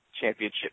championship